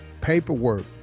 Paperwork